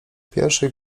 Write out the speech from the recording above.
pierwszych